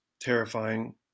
terrifying